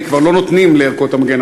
כבר לא נותנים לערכות המגן.